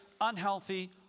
unhealthy